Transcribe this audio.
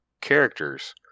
characters